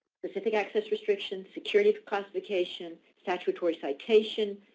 specific access restrictions, securities classification, statutory citation,